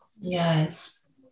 Yes